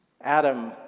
Adam